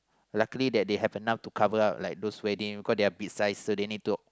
luckily that they have enough to cover up like those wedding cause they are big sized so they need to